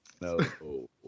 No